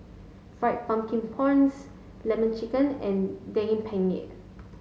fried pumpkin prawns lemon chicken and Daging Penyet